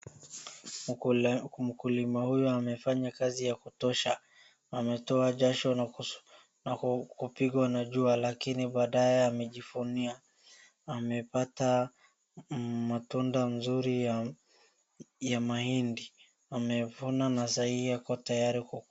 Mkulima huyu amefanya kazi ya kutosha, ametoa jasho na kupigwa na jua lakini baadae amejivunia, amepata matunda mzuri ya mahindi, amevuna na sahii akotayari ku.